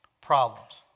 problems